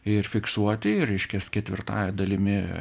ir fiksuoti ir reiškias ketvirtąja dalimi